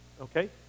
Okay